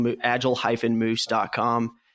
agile-moose.com